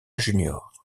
juniors